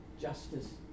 justice